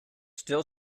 still